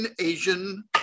Asian